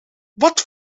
wat